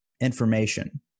information